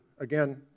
Again